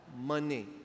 Money